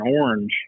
orange